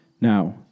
Now